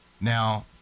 Now